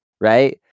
Right